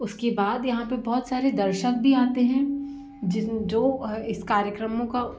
उसके बाद यहाँ पर बहुत सारे दर्शक भी आते हैं जिस जो इस कार्यक्रमों का